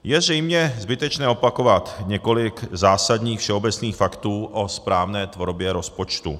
Je zřejmě zbytečné opakovat několik zásadních všeobecných faktů o správné tvorbě rozpočtu.